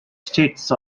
state